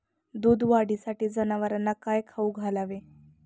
दूध वाढीसाठी जनावरांना काय खाऊ घालावे?